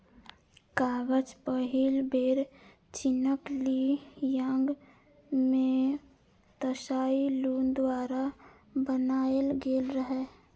कागज पहिल बेर चीनक ली यांग मे त्साई लुन द्वारा बनाएल गेल रहै